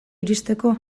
iristeko